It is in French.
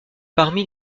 parmi